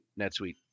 NetSuite